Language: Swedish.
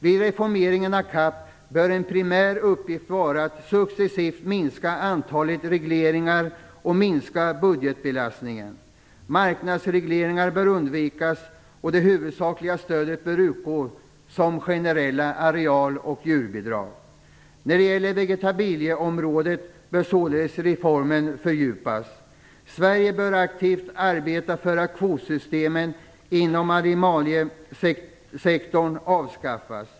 Vid reformeringen av CAP bör en primär uppgift vara att successivt minska antalet regleringar och att minska budgetbelastningen. Marknadsregleringar bör undvikas, och det huvudsakliga stödet bör utgå som generella areal och djurbidrag. När det gäller vegetabilieområdet bör således reformen fördjupas. Sverige bör aktivt arbeta för att kvotsystemen inom animaliesektorn avskaffas.